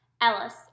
Ellis